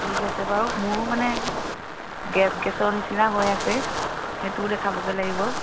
ঠিক আছে বাৰু মোৰো মানে গেছ গেছৰ নিচিনা হৈ আছে সেইটোও দেখাবগৈ লাগিব